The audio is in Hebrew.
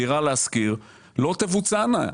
דירה להשכיר לא תבוצענה.